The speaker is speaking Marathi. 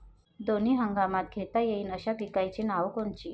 दोनी हंगामात घेता येईन अशा पिकाइची नावं कोनची?